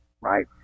right